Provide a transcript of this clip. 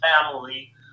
family